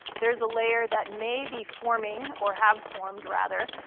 there's a layer that may be forming, or have formed, rather,